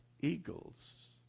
eagles